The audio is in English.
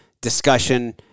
discussion